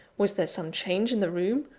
was there some change in the room?